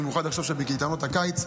במיוחד עכשיו בקייטנות הקיץ,